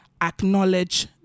acknowledge